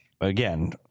again